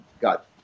got